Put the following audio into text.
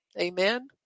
amen